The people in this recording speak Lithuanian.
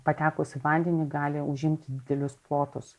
patekus į vandenį gali užimti didelius plotus